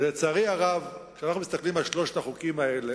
לצערי הרב, כשאנחנו מסתכלים על שלושת החוקים האלה,